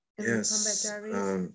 Yes